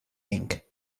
inc